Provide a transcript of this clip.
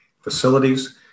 facilities